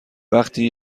وقتی